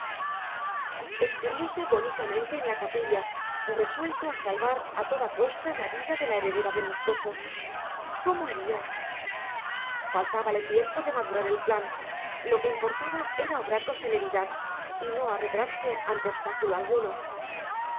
escurrióse bonitamente de la capilla resuelto a salvar a toda costa la vida de la heredera de moscoso cómo haría faltábale tiempo de madurar el plan lo que importaba era obrar con celeridad y no arredrarse ante obstáculo alguno